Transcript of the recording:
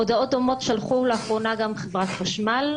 הודעות דומות שלחו לאחרונה גם חברת החשמל,